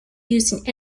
used